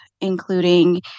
including